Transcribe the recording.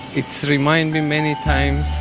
it's remind me many times.